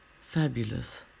fabulous